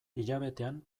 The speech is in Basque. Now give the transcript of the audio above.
hilabetean